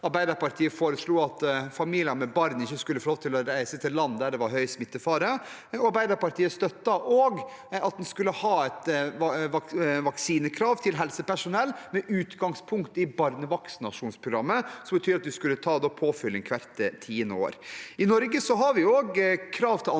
barnehageansatte, foreslo at familier med barn ikke skulle få lov til å reise til land der det var høy smittefare, og støttet at en skulle ha vaksinekrav til helsepersonell med utgangspunkt i barnevaksinasjons programmet, som betyr at en skal ta påfyll hvert tiende år. I Norge har vi også krav til andre grupper.